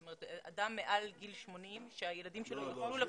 זאת אומרת, אדם מעל גיל 80 שהילדים שלו בחו"ל.